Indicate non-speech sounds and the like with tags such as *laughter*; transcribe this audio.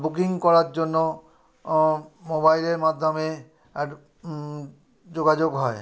booking করার জন্য মোবাইলের মাধ্যমে *unintelligible* যোগাযোগ হয়